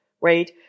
right